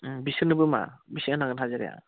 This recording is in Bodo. बिसोरनोबो मा बेसे होनांगोन हाजिराया